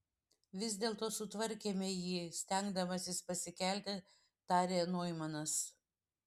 vis dėlto sutvarkėme jį stengdamasis pasikelti tarė noimanas